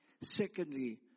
Secondly